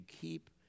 keep